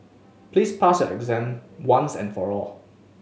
please pass your exam once and for all